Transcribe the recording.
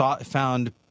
found